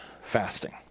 fasting